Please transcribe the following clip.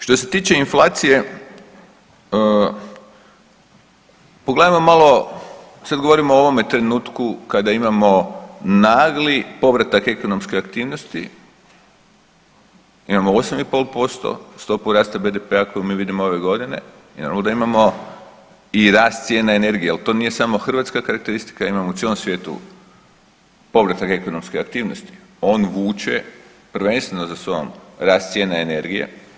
Što se tiče inflacije, pogledajmo malo, sad govorimo o ovome trenutku kada imamo nagli povratak ekonomske aktivnosti, imamo 8,5% stopu rasta BDP-a koju mi vidimo ove godine i naravno da imamo i rast cijene energije jel to nije samo hrvatska karakteristika, imamo u cijelom svijetu povratak ekonomske aktivnosti, on vuče prvenstveno za sobom rast cijena energije.